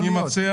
אני מציע